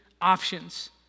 options